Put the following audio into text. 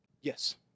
Yes